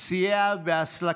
למרות ההשמצות